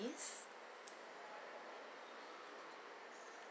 miss